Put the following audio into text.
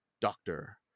doctor